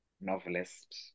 novelist